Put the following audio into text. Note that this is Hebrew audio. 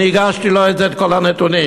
אני הגשתי לו את כל הנתונים.